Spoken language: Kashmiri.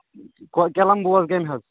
کیلَم بوز گامہِ حظ